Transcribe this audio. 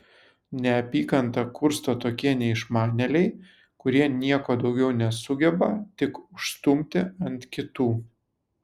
neapykantą kursto tokie neišmanėliai kurie nieko daugiau nesugeba tik užstumti ant kitų